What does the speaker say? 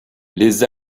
les